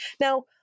now